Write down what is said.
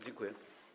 Dziękuję.